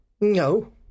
No